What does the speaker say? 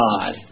God